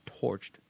torched